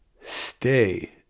stay